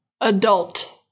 Adult